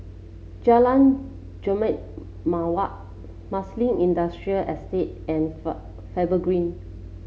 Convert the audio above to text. Jalan Jambu Mawar Marsiling Industrial Estate and Far Faber Green